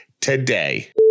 today